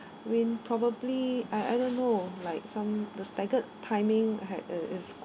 mean probably I I don't know like some the staggered timing had uh is